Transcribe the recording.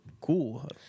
cool